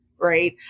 Right